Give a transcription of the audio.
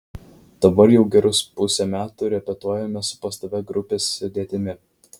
dabar jau gerus pusę metų repetuojame su pastovia grupės sudėtimi